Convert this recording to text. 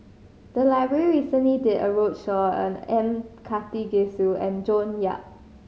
the library recently did a roadshow on M Karthigesu and June Yap